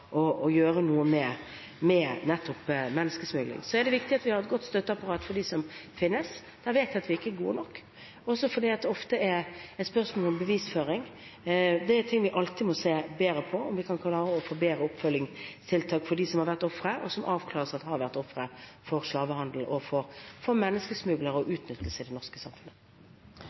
gjøre noe med nettopp menneskesmugling. Så er det viktig at vi har et godt støtteapparat for dem som finnes. Der vet vi at vi ikke er gode nok, også fordi det ofte er et spørsmål om bevisføring. Det er ting vi alltid må se bedre på, om vi kan klare å få bedre oppfølgingstiltak for dem som har vært ofre, og som det avklares at har vært ofre for slavehandel og for menneskesmuglere og utnyttelse i det norske samfunnet.